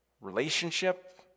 relationship